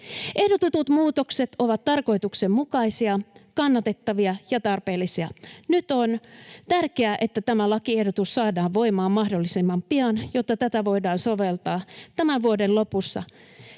Ehdotetut muutokset ovat tarkoituksenmukaisia, kannatettavia ja tarpeellisia. Nyt on tärkeää, että tämä lakiehdotus saadaan voimaan mahdollisimman pian, jotta tätä voidaan soveltaa tämän vuoden lopussa